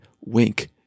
wink